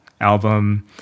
album